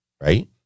right